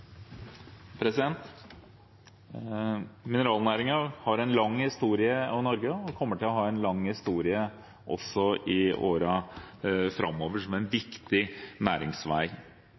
har en lang historie i Norge og kommer til å ha en lang historie også i årene framover, som en viktig